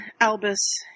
Albus